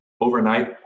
overnight